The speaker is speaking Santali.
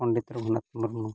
ᱯᱚᱱᱰᱤᱛ ᱨᱚᱜᱷᱩᱱᱟᱛᱷ ᱢᱩᱨᱢᱩ